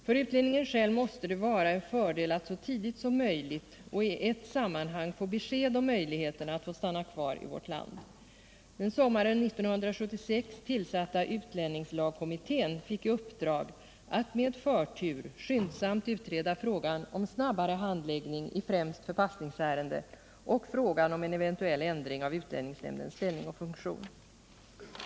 För utlänningen själv måste det vara en fördel att så tidigt som möjligt och i ett sammanhang få besked om möjligheterna att stanna kvar i vårt land. Den sommaren 1976 tillsatta utlänningslagkommittén fick i uppdrag att med förtur skyndsamt utreda frågan om snabbare handläggning i främst förpassningsärenden och frågan om en eventuell ändring av utlänningsnämndens ställning och funktion.